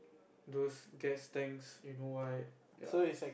those gas tanks you know why ya